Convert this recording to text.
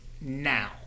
now